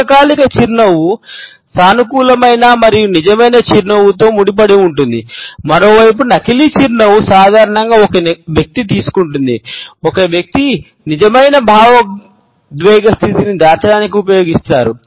దీర్ఘకాలిక చిరునవ్వు సానుకూలమైన మరియు నిజమైన చిరునవ్వుతో ముడిపడి ఉంటుంది మరోవైపు నకిలీ చిరునవ్వు సాధారణంగా ఒక వ్యక్తి తీసుకుంటుంది ఒక వ్యక్తి నిజమైన భావోద్వేగ స్థితిని దాచడానికి ఉపయోగిస్తారు